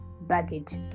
baggage